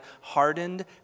hardened